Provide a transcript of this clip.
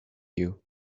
you